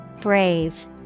Brave